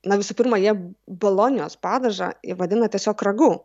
na visų pirma jie bolonijos padažą vadina tiesiog ragu